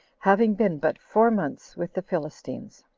having been but four months with the philistines.